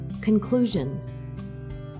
Conclusion